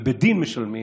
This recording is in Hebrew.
ובדין משלמים,